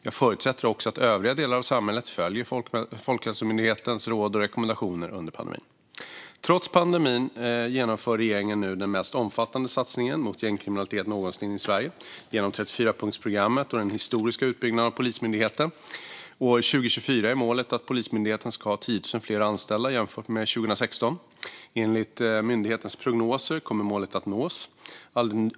Jag förutsätter också att övriga delar av samhället följer Folkhälsomyndighetens råd och rekommendationer under pandemin. Trots pandemin genomför regeringen nu den mest omfattande satsningen mot gängkriminaliteten någonsin i Sverige, genom 34-punktsprogrammet och den historiska utbyggnaden av Polismyndigheten. År 2024 är målet att Polismyndigheten ska ha 10 000 fler anställda jämfört med 2016. Enligt myndighetens prognoser kommer målet att nås.